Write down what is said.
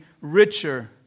richer